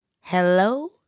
Hello